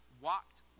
walked